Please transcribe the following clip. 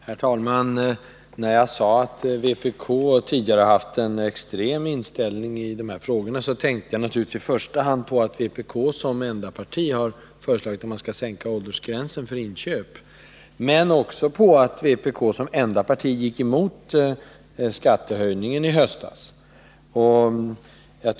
Herr talman! När jag sade att vpk tidigare har haft en extrem inställning till de här frågorna tänkte jag i första hand på att vpk som enda parti har föreslagit att man skall sänka åldersgränsen för inköp av alkohol, men också på att vpk som enda parti gick emot förslaget om skattehöjning i höstas.